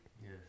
Yes